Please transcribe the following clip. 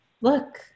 look